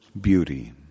beauty